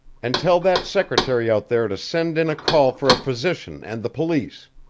and tell that secretary out there to send in a call for a physician and the police.